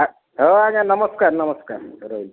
ଆ ହଉ ଆଜ୍ଞା ନମସ୍କାର ନମସ୍କାର ରହିଲି